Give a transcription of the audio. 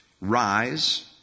Rise